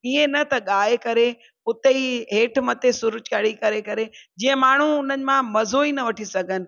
इहे न त ॻाए करे उते ई हेठि मथे सुर चढ़ी करे करे जीअं माण्हू उन्हनि मां मज़ो ई न वठी सघनि